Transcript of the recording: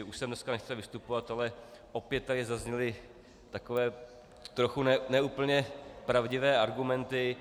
Už jsem dneska nechtěl vystupovat, ale opět tady zazněly takové trochu ne úplně pravdivé argumenty.